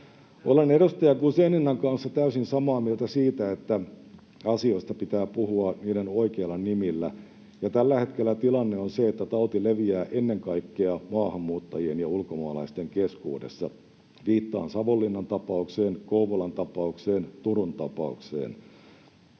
Olen edustaja Guzeninan kanssa täysin samaa mieltä siitä, että asioista pitää puhua niiden oikeilla nimillä, ja tällä hetkellä tilanne on se, että tauti leviää ennen kaikkea maahanmuuttajien ja ulkomaalaisten keskuudessa — viittaan Savonlinnan tapaukseen, Kouvolan tapaukseen, Turun tapaukseen.